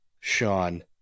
Sean